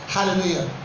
Hallelujah